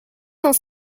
cent